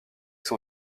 son